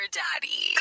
daddy